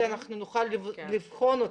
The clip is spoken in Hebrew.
כדי שנוכל לבחון אותם,